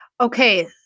Okay